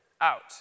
out